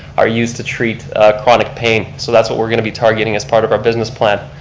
are used to treat chronic pain, so that's what we're going to be targeting as part of our business plan.